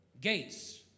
Gates